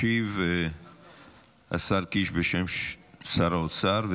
ישיב השר קיש, בשם שר האוצר.